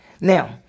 Now